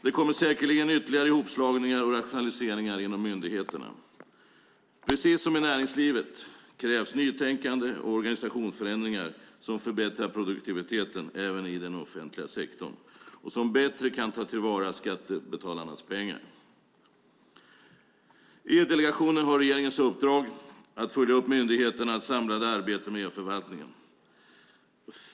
Det kommer säkerligen ytterligare hopslagningar och rationaliseringar inom myndigheterna. Precis som i näringslivet krävs nytänkande och organisationsförändringar som förbättrar produktiviteten även i den offentliga sektorn och som bättre kan ta till vara skattebetalarnas pengar. E-delegationen har regeringens uppdrag att följa upp myndigheternas samlade arbete med e-förvaltningen.